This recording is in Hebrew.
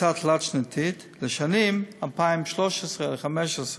ממוצע תלת-שנתי לשנים 2013 2015: